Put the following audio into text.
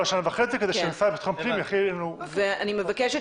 כדי שהמשרד לביטחון הפנים יכין לנו --- ואני מבקשת